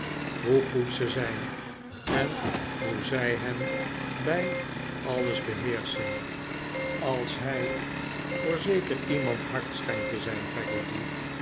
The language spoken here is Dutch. hoe goed ze zijn en hoe zij hem bij alles beheerschen als hij voor zeker iemand hard schijnt te zijn